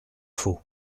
faux